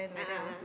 a'ah a'ah